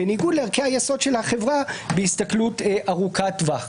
בניגוד לערכי היסוד של החברה בהסתכלות ארוכת טווח.